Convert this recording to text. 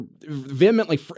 vehemently